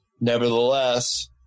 Nevertheless